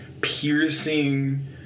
piercing